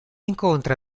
incontra